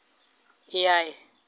ᱮᱭᱟᱭ